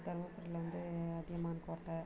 தருமபுரியில வந்து அதியமான் கோட்டை